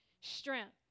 strength